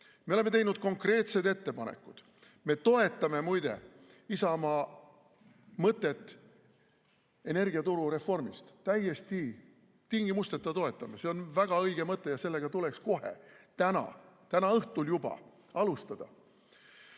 me oleme teinud konkreetsed ettepanekud. Me toetame, muide, Isamaa mõtet energiaturu reformist, täiesti tingimusteta toetame. See on väga õige mõte ja sellega tuleks kohe täna, täna õhtul juba alustada,